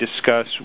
discuss